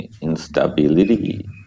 instability